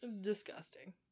Disgusting